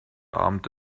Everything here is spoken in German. abend